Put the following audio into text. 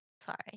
Sorry